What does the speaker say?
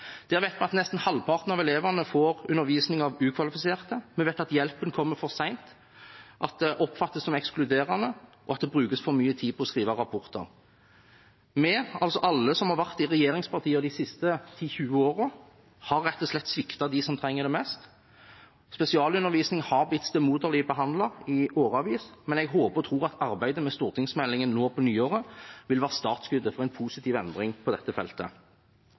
vi vet at nesten halvparten av elevene får undervisning av ukvalifiserte. Vi vet at hjelpen kommer for sent, at det oppfattes som ekskluderende, og at det brukes for mye tid på å skrive rapporter. Vi – altså alle som har vært i et regjeringsparti de siste ti–tyve årene – har rett og slett sviktet dem som trenger det mest. Spesialundervisning har blitt stemoderlig behandlet i årevis, men jeg håper og tror at arbeidet med stortingsmeldingen nå på nyåret vil være startskuddet for en positiv endring på dette feltet.